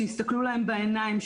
שיסתכלו להם בעיניים,